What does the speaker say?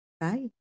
Bye